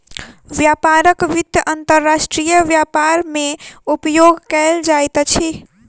व्यापारक वित्त अंतर्राष्ट्रीय व्यापार मे उपयोग कयल जाइत अछि